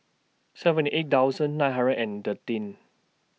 seventy eight thousand nine hundred and thirteen